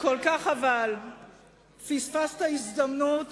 כל כך פספסת הזדמנות